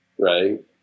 Right